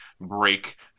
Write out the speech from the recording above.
break